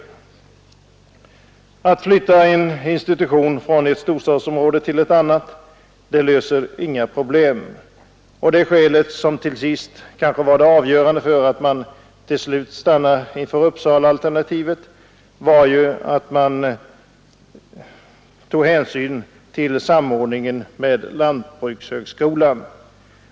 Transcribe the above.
Att flytta en institution från ett storstadsområde till ett annat löser inga problem. Skälet till att man till sist stannade för Uppsalaalternativet var möjligheten till samordning med lantbrukshögskolan.